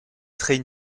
train